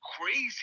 crazy